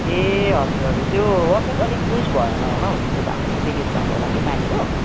ए हजुर हजुर त्यो वासर अलिक लुज भएर होला हो त्यस्तो भएको चाहिँ लिकेज भएको होला कि पानीको